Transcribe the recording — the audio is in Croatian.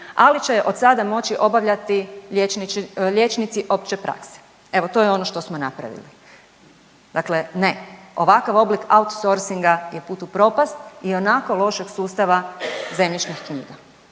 ali će je od sada moći obavljati liječnici opće prakse. Evo to je ono što smo napravili. Dakle ne, ovakav oblik outsourcinga je put u propast ionako lošeg sustava zemljišnih knjiga.